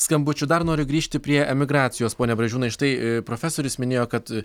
skambučių dar noriu grįžti prie emigracijos pone bražiūnai štai profesorius minėjo kad